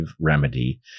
remedy